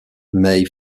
may